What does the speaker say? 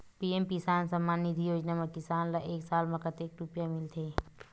PM Kisan Samman Nidhi योजना म किसान ल एक साल म कतेक रुपिया मिलथे?